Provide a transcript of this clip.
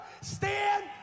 stand